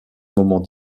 moment